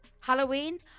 Halloween